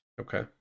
Okay